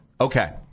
Okay